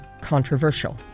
controversial